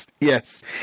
Yes